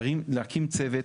להקים צוות.